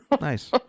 Nice